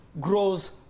grows